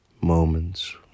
moments